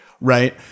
right